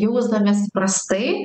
jausdamiesi prastai